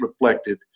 reflected